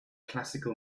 classical